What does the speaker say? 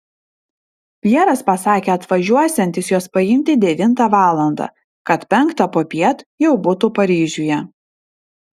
pjeras pasakė atvažiuosiantis jos paimti devintą valandą kad penktą popiet jau būtų paryžiuje